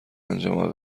انجام